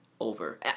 over